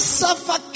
suffer